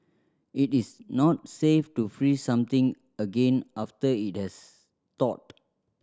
it is not safe to freeze something again after it has thawed